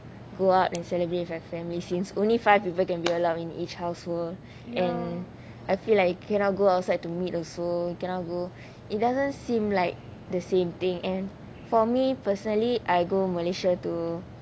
go out and celebrate with my family since only five people can be allowed in each household and I feel like you cannot go outside to meet also cannot go it doesn't seem like the same thing and for me personally I go malaysia to